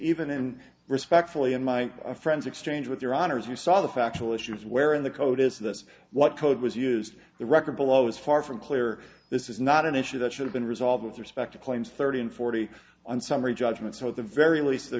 even and respectfully in my friend's exchange with your honor's you saw the factual issues where in the code is this what code was used the record below is far from clear this is not an issue that should have been resolved with respect to claims thirty and forty on summary judgment so at the very least there